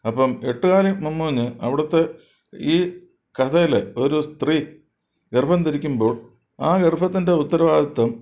അപ്പം എട്ടുകാലി മമ്മൂഞ്ഞ് അവിടുത്തെ ഈ കഥയിലെ ഒരു സ്ത്രീ ഗർഭം ധരിക്കുമ്പോൾ ആ ഗർഭത്തിൻ്റെ ഉത്തരവാദിത്വം